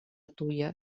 tuia